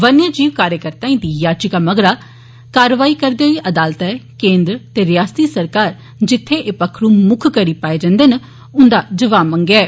वन्य जीव कार्यकर्ताएं दी याचिका मगरा कारवाई करदे होई अदालतै केन्द्र ते रियासती सरकार जित्थै एह् पखरू मुक्ख करी पाए जन्दे न उन्दा जवाब मंगेआ ऐ